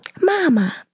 Mama